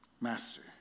Master